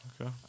Okay